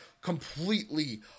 completely